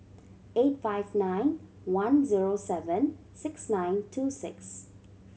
eight five nine one zero seven six nine two six